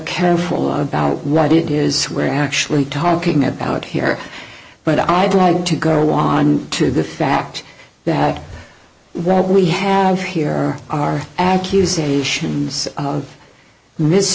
careful about what it is where actually talking about here but i'd like to go on to the fact that that we have here are accusations of